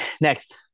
Next